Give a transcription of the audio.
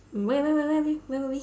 where where where we where were we